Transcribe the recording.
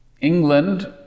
England